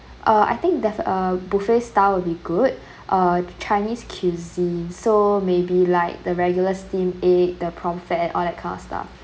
uh I think def~ uh buffet style will be good uh chinese cuisine so maybe like the regular steamed egg the pomfret or that kind of stuff